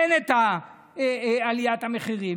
אין את עליית המחירים,